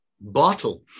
bottle